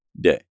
day